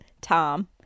tom